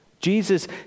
Jesus